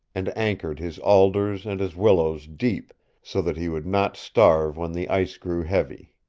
and anchored his alders and his willows deep so that he would not starve when the ice grew heavy.